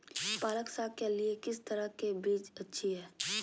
पालक साग के लिए किस तरह के बीज अच्छी है?